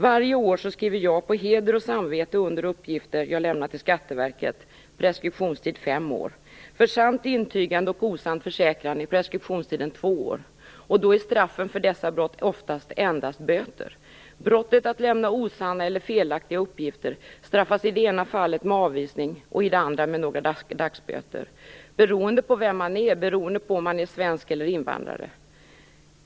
Varje år skriver jag på heder och samvete under uppgifter jag lämnar till skattemyndigheten. Preskriptionstiden är i det fallet fem år. För osant intygande och osann försäkran är preskriptionstiden två år. Straffen för dessa brott är oftast endast böter. Brottet att lämna osanna eller felaktiga uppgifter straffas i det ena fallet med avvisning och i det andra med några dagsböter. Skillnaden beror på vem man är, om man är svensk eller invandrare.